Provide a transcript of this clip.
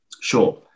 sure